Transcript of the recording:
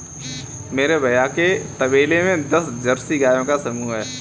मेरे भैया के तबेले में दस जर्सी गायों का समूह हैं